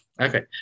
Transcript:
okay